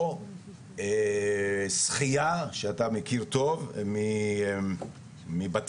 או שחייה, שאתה מכיר טוב, מבת-ים.